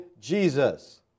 Jesus